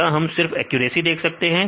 तो क्या हम सिर्फ एक्यूरेसी देख सकते हैं